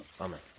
Amen